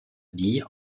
bille